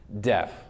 Deaf